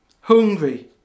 hungry